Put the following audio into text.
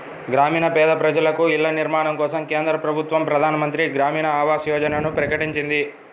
గ్రామీణ పేద ప్రజలకు ఇళ్ల నిర్మాణం కోసం కేంద్ర ప్రభుత్వం ప్రధాన్ మంత్రి గ్రామీన్ ఆవాస్ యోజనని ప్రకటించింది